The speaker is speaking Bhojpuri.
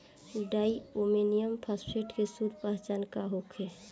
डाइ अमोनियम फास्फेट के शुद्ध पहचान का होखे?